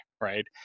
right